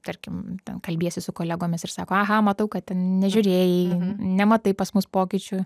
tarkim kalbiesi su kolegomis ir sako aha matau kad ten nežiūrėjai nematai pas mus pokyčių